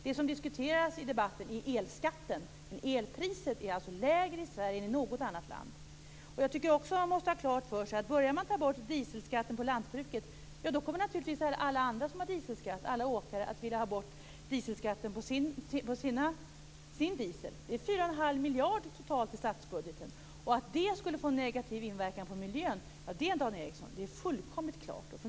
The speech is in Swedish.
Det som diskuteras i debatten är elskatten, men elpriset är alltså lägre i Sverige än i något annat land. Jag tycker också att man måste ha klart för sig att börjar man ta bort dieselskatten för lantbruket, ja, då kommer naturligtvis alla andra som betalar dieselskatt, åkare t.ex., att vilja ha bort dieselskatten på sin diesel. Det gör 4 1⁄2 miljard totalt i statsbudgeten. Och att det skulle få negativ inverkan på miljön, ja, det, Dan Ericsson, är fullkomligt klart.